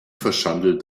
verschandelt